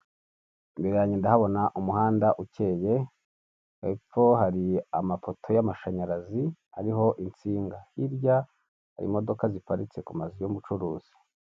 Imbere yange ndahabona umuhanda ukeye, hepfo hari amapoto y'amashanyarazi ariho insinga, hirya hari imodoka ziparitse ku mazu y'ubucuruzi.